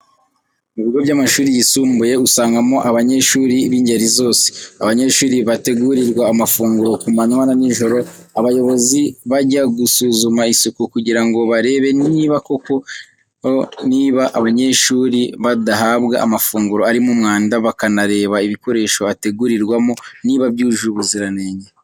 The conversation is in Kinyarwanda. Mu bigo by'amashuri yisumbuye, usangamo abanyeshuri bingeri zose. Abanyeshuri bategurirwa amafunguro ku manwa na nijoro. Abayobozi bajya gusuzuma isuku kugira ngo barebe niba koko niba abanyeshuri badahabwa amafunguro arimo umwanda, bakanareba ibikoresho ategurirwamo niba byujuje ubuziranenge.